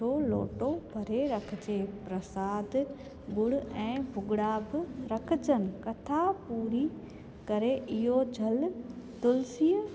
जो लोटो भरे रखिजे प्रसाद ॻुड़ ऐं भुॻिड़ा बि रखजनि कथा पूरी करे इयो जल तुलसीअ